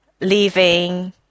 leaving